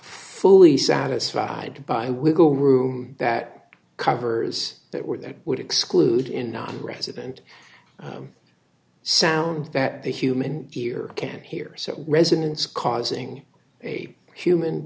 fully satisfied by wiggle room that covers that were that would exclude in non resident sound that the human ear can't hear so resonance causing a human